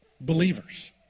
believers